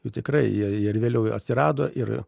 nu tikrai jie ir vėliau atsirado ir